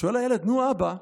שואל הילד: נו, אבא.